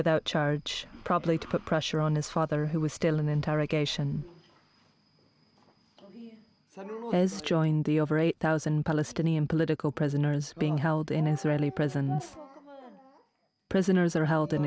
without charge probably to put pressure on his father who was still an interrogation so i joined the over eight thousand palestinian political prisoners being held in israeli prisons prisoners are held